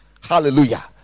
Hallelujah